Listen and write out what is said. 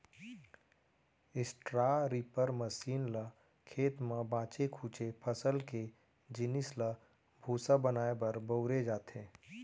straw reaper machine ल खेत म बाचे खुचे फसल के जिनिस ल भूसा बनाए बर बउरे जाथे